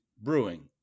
Brewing